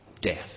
death